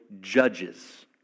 judges